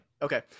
Okay